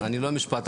אני לא משפטן,